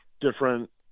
different